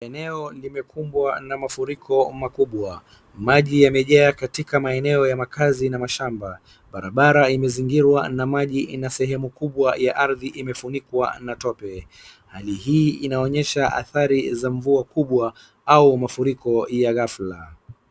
Eneo limekumbwa na mafuriko makubwa, maji yamejaa katika maeneo ya makaazi na mashamba barabara imezingirwa na maji na sehemu kubwa ya ardhi imefunikwa na tope, hali hii inaoyesha athari za mvua kubwa au mafuriko ya ghafla.